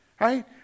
Right